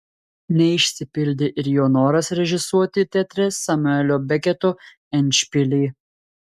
neišsipildė ir jo noras režisuoti teatre samuelio beketo endšpilį